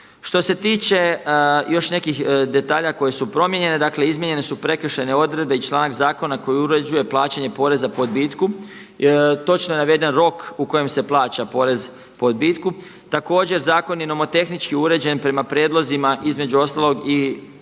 Što se tiče još nekih detalja koje su promijenjene dakle izmijenjene su prekršajne odredbe i članak zakona koji uređuje plaćanje poreza po odbitku. Točno je naveden rok u kojem se plaća porez po odbitku. Također zakon je nomotehnički uređen prema prijedlozima između ostalog i